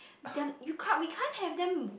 they are you can't we can't have them